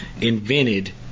invented